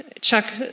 Chuck